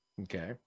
Okay